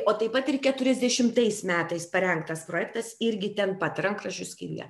o taip pat ir keturiasdešimtais metais parengtas projektas irgi ten pat rankraščių skyriuje